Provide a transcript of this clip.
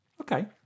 Okay